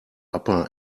upper